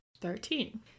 Thirteen